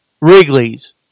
Wrigley's